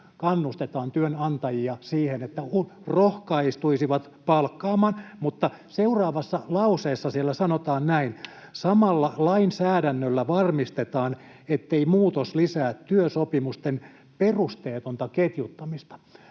kannustetaan työnantajia siihen, että he rohkaistuisivat palkkaamaan, mutta seuraavassa lauseessa siellä sanotaan näin: ”Samalla lainsäädännössä varmistetaan, ettei muutos lisää työsopimusten perusteetonta ketjuttamista.”